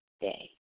day